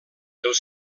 els